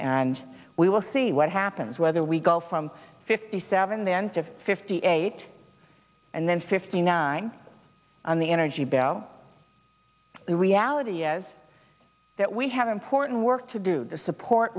and we will see what happens whether we go from fifty seven then to fifty eight and then fifty nine on the energy bill the reality is that we have important work to do the support